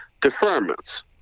deferments